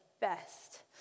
best